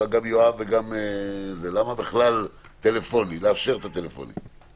למה בכלל לאפשר את הטלפונים?